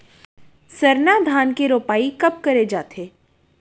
सरना धान के रोपाई कब करे जाथे?